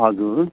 हजुर